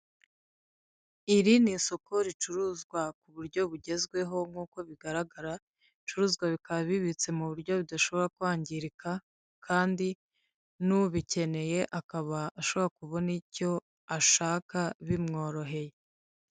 Iri ni isoko ricuruzwa ku buryo bugezweho nk'uko bigaragara ibicuruzwa bikaba bibitse mu buryo bidashobora kwangirika kandi n'ubikeneye akaba ashobora kubona icyo ashaka bimworoheye.